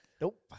nope